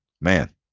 Man